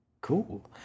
Cool